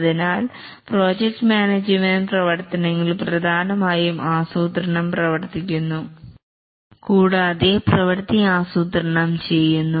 അതിനാൽ project management പ്രവർത്തനങ്ങളിൽ പ്രധാനമായും ആസൂത്രണം പ്രവർത്തിക്കുന്നു കൂടാതെ പ്രവർത്തി ആസ്രൂത്രണം ചെയ്യുന്നു